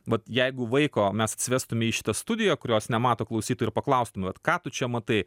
vat jeigu vaiko mes atsivestume į šitą studiją kurios nemato klausytojų ir paklaustum vat ką tu čia matai